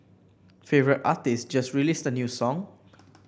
favourite artist just released a new song